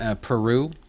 Peru